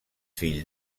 fill